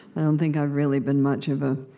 i don't think i've really been much of a, ah